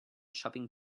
shopping